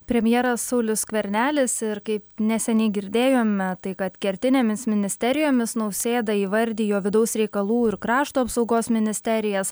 premjeras saulius skvernelis ir kaip neseniai girdėjome tai kad kertinėmis ministerijomis nausėda įvardijo vidaus reikalų ir krašto apsaugos ministerijas